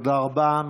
תודה רבה.